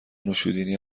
نوشیدنی